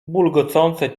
bulgocące